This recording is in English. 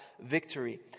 victory